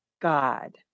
God